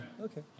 okay